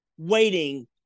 Waiting